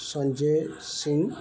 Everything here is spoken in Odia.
ସଞ୍ଜୟ ସିଂ